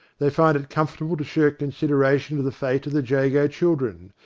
they find it comfortable to shirk consideration of the fate of the jago children,